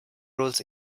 roles